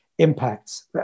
impacts